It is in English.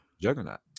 juggernaut